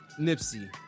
Nipsey